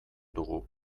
dugu